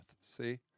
see